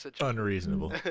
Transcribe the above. Unreasonable